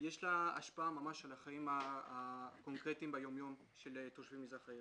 יש לה השפעה ממש על החיים הקונקרטיים ביום-יום של תושבי מזרח העיר.